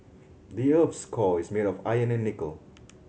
the earth's core is made of iron and nickel